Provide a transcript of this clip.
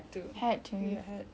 saya kecewakan keluarga saya